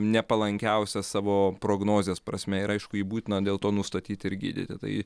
nepalankiausias savo prognozės prasme ir aišku būtina dėl to nustatyti ir gydyti tai